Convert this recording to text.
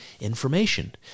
information